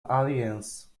alliance